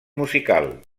musical